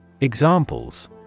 Examples